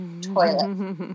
toilet